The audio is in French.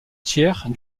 tiers